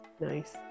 Nice